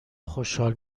خوشحال